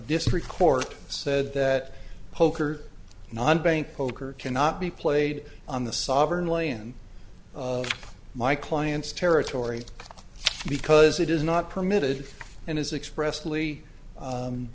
district court said that poker non bank poker cannot be played on the sovereign land of my client's territory because it is not permitted and is express